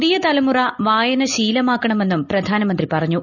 പുതിയ തലമുറ വായന ശീലമാക്കണമെന്നും പ്രധാനമന്ത്രി പറഞ്ഞു